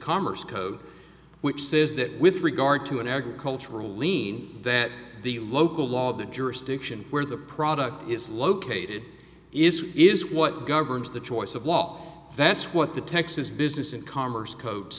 commerce code which says that with regard to an agricultural lien that the local law the jurisdiction where the product is located is is what governs the choice of law that's what the texas business and commerce co